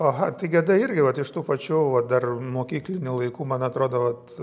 aha tai geda irgi vat iš tų pačių va dar mokyklinių laikų man atrodo vat